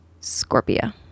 Scorpio